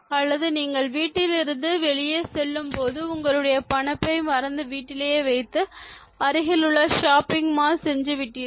அல்லது நீங்கள் வீட்டிலிருந்து வெளியே செல்லும் பொழுது உங்களுடைய பணப்பை மறந்து வீட்டிலேயே வைத்து அருகில் உள்ள ஷாப்பிங் மால் சென்றுவிட்டீர்கள்